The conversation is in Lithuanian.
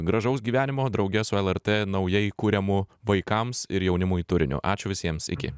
gražaus gyvenimo drauge su lrt naujai kuriamu vaikams ir jaunimui turinio ačiū visiems iki